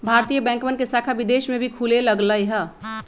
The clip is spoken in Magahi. भारतीय बैंकवन के शाखा विदेश में भी खुले लग लय है